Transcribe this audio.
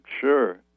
sure